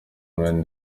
when